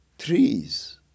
Trees